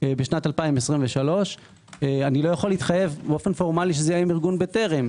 בשנת 2023. אני לא יכול להתחייב באופן פורמלי שזה יהיה עם ארגון בטרם.